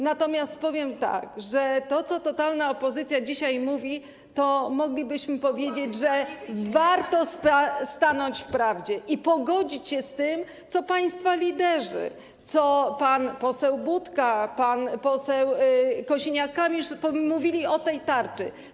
Natomiast ze względu na to, co totalna opozycja dzisiaj mówi, moglibyśmy powiedzieć, że warto stanąć w prawdzie i pogodzić się z tym, co państwa liderzy, co pan poseł Budka, pan poseł Kosiniak-Kamysz mówili o tej tarczy.